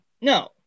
no